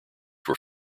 were